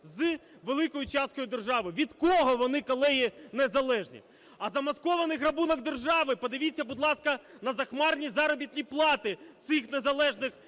з великою часткою держави, від кого вони, колеги, незалежні? А замаскований грабунок держави, подивіться, будь ласка, на захмарні заробітні плати цих незалежних